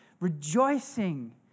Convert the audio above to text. rejoicing